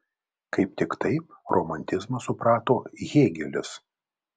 kaip tik taip romantizmą suprato hėgelis